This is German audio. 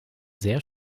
sehr